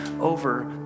over